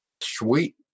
sweet